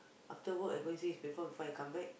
after work I go and see come back